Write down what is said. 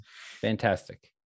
Fantastic